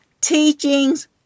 Teachings